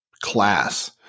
class